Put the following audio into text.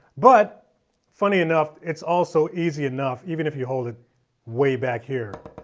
but funny enough, it's also easy enough even if you hold it way back here